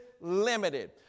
limited